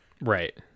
Right